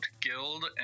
guild